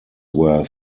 were